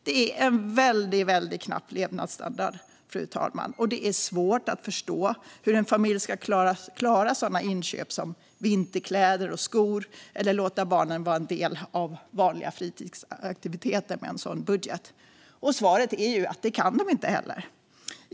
Det är en väldigt knapp levnadsstandard, fru talman. Det är svårt att förstå hur en familj ska klara inköp som vinterkläder och skor eller att låta barnen delta i vanliga fritidsaktiviteter med en sådan budget. Svaret är att det kan de inte heller.